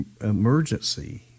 emergency